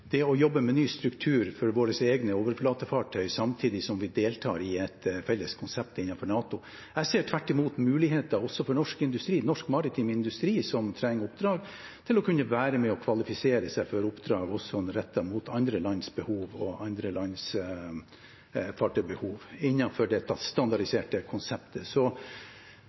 det at vi jobber med ny struktur for våre egne overflatefartøy samtidig som vi deltar i et felles konsept innenfor NATO. Jeg ser tvert imot muligheter også for norsk industri, norsk maritim industri, som trenger oppdrag for å kunne være med og kvalifisere seg for oppdrag også rettet mot andre lands behov, andre lands fartøybehov, innenfor dette standardiserte konseptet. Så